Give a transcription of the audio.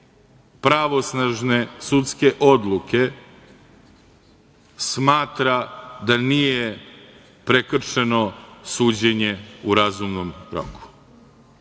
pravnosnažne sudske odluke smatra da nije prekršeno suđenje u razumnom